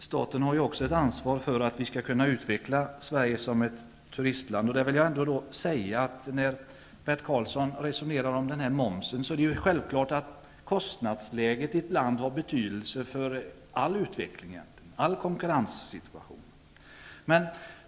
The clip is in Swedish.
Staten har också ett ansvar för att vi skall kunna utveckla Sverige som ett turistland. Bert Karlsson talar om momsen. Det är självklart att kostnadsläget i ett land har betydelse för all utveckling och konkurrens.